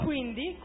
Quindi